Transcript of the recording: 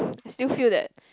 I still feel that